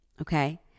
okay